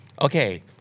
Okay